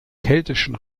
keltischen